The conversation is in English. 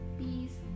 peace